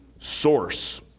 source